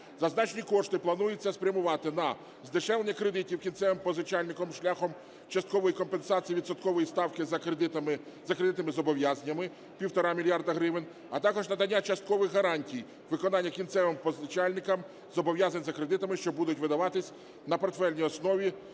Зазначені кошти планується спрямувати на здешевлення кредитів кінцевим позичальником шляхом часткової компенсації відсоткової ставки за кредитними зобов'язаннями - півтора мільярда гривень, а також надання часткових гарантій виконання кінцевим позичальником зобов'язань за кредитами, що будуть видаватися на портфельній основі